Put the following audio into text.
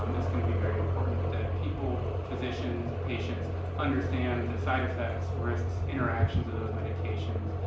um it's going to be very important that people physicians, patients understand the side effects, risks, interactions of those medications,